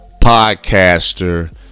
podcaster